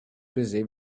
busy